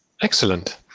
Excellent